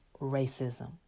racism